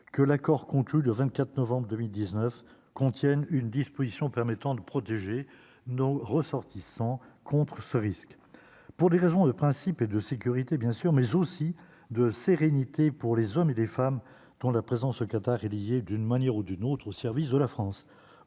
que l'accord conclu de 24 novembre 2019 contiennent une disposition permettant de protéger nos ressortissants contre ce risque pour des raisons de principes et de sécurité bien sûr mais aussi de sérénité pour les hommes et des femmes dont la présence secrétaire est lié d'une manière ou d'une autre au service de la France,